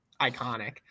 iconic